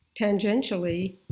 tangentially